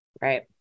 Right